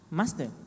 master